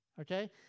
Okay